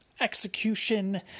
execution